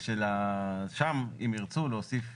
שם אם ירצו להוסיף